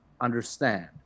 understand